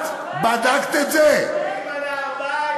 אני אימא לארבעה